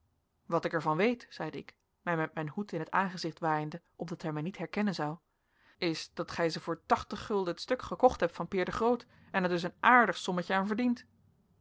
wat ik er van weet zeide ik mij met mijn hoed in t aangezicht waaiende opdat hij mij niet herkennen zou is dat gij ze voor fl het stuk gekocht hebt van peer de groot en er dus een aardig sommetje aan verdient